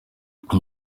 ibyo